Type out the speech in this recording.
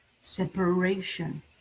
separation